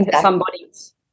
somebody's